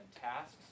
tasks